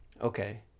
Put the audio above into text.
okay